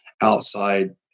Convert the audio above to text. outside